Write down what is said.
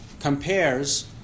compares